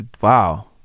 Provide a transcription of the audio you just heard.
wow